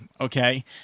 Okay